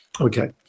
Okay